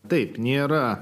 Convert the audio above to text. taip nėra